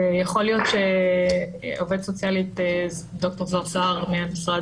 יכול להיות שעובדת סוציאלית ד"ר זהר סהר מהמשרד